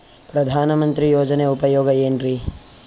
ಪ್ರಧಾನಮಂತ್ರಿ ಯೋಜನೆ ಉಪಯೋಗ ಏನ್ರೀ?